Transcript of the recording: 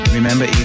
Remember